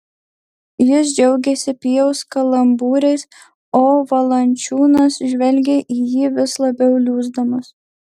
jis džiaugėsi pijaus kalambūrais o valančiūnas žvelgė į jį vis labiau liūsdamas